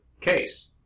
case